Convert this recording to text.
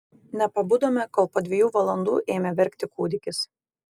nepabudome kol po dviejų valandų ėmė verkti kūdikis